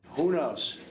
who knows?